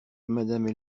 madame